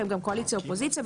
והם גם קואליציה ואופוזיציה,